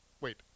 Wait